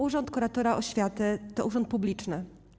Urząd kuratora oświaty to urząd publiczny.